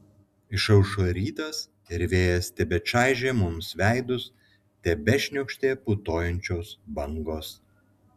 išaušo rytas ir vėjas tebečaižė mums veidus tebešniokštė putojančios bangos